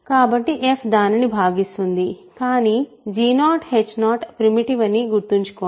కాబట్టి f దానిని భాగిస్తుంది కాని g0h 0 ప్రిమిటివ్ అని గుర్తుంచుకోండి